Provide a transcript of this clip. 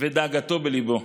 ודאגתו בליבו".